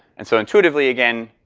and so, intuitively again,